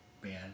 band